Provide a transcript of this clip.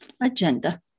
agenda